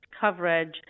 coverage